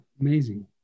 Amazing